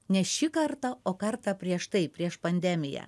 ne šį kartą o kartą prieš tai prieš pandemiją